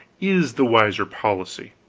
is the wiser policy.